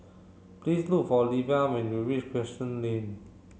please look for Leia when you reach Crescent Lane